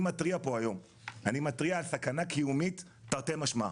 אני מתריע פה היום על סכנה קיומית תרתי משמע.